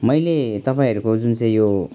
मैले तपाईँहरूको जुन चाहिँ यो